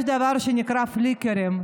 יש דבר שנקרא פליקרים,